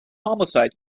homicide